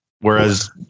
Whereas